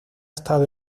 estado